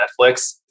Netflix